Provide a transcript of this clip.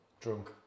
drunk